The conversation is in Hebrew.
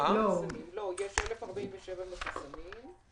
יש 1,047 מחוסנים.